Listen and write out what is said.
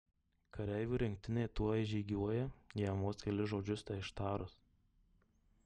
kareivų rinktinė tuoj žygiuoja jam vos kelis žodžius teištarus